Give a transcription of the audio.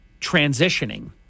transitioning